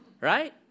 right